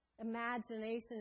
Imagination